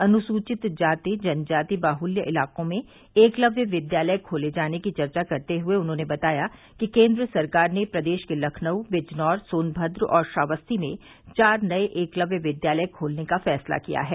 अनुसूचित जनजाति बाहुल्य इलाकों में एकलव्य विद्यालय खोले जाने की चर्चा करते हुए उन्होंने बताया कि केन्द्र सरकार ने प्रदेश के लखनऊ बिजनौर सोनमद्र और श्रावस्ती में चार नये एकलव्य विद्यालय खोलने का फैसला किया है